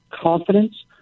confidence